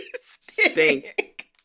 Stink